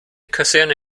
kaserne